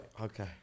Okay